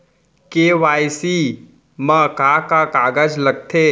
KYC मा का का कागज लगथे?